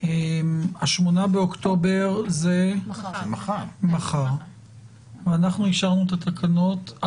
ה-8 באוקטובר זה מחר ואנחנו אישרנו את התקנות,